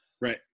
Right